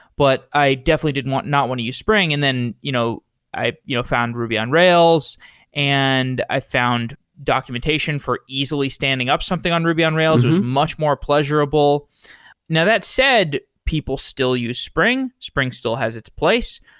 but i definitely did not want to use spring, and then you know i you know found ruby on rails and i found documentation for easily standing up something on ruby on rails was much more pleasurable now that said, people still use spring. spring. spring still has its place.